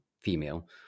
female